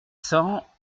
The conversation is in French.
cents